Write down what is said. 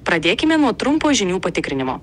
pradėkime nuo trumpo žinių patikrinimo